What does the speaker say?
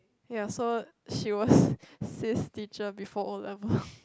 ya so she was sis teacher before O-level